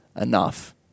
enough